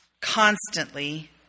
constantly